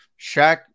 Shaq